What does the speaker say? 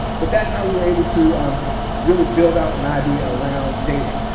but that's how we were able to um really build out an idea around data.